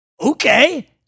okay